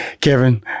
Kevin